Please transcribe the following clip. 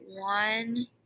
one